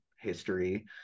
history